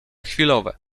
chwilowe